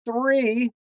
three